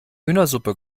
hühnersuppe